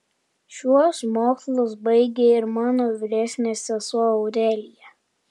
šiuos mokslus baigė ir mano vyresnė sesuo aurelija